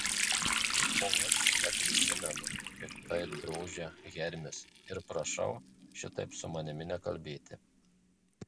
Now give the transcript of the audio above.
o aš neprisimenu piktai drožia hermis ir prašau šitaip su manimi nekalbėti